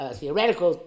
theoretical